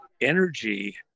Energy